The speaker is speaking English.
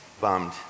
bummed